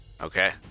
Okay